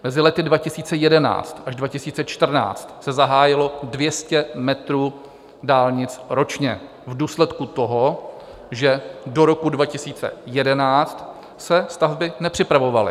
Mezi lety 2011 až 2014 se zahájilo 200 metrů dálnic ročně v důsledku toho, že do roku 2011 se stavby nepřipravovaly.